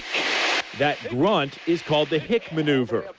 that grunt is called the hick maneuver,